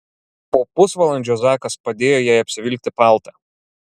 po pusvalandžio zakas padėjo jai apsivilkti paltą